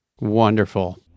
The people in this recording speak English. Wonderful